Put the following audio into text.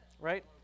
right